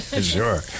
Sure